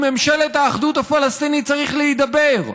עם ממשלת האחדות הפלסטינית צריך להידבר,